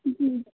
जी